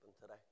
today